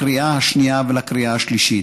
לקריאה השנייה ולקריאה השלישית.